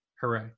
Hooray